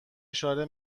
اشاره